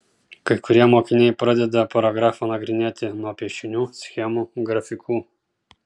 kai kurie mokiniai pradeda paragrafą nagrinėti nuo piešinių schemų grafikų